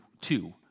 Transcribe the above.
two